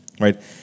Right